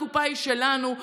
הקופה היא שלנו,